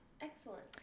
Excellent